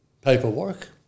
paperwork